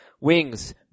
Wings